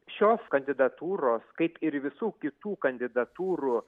šios kandidatūros kaip ir visų kitų kandidatūrų